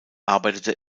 arbeitete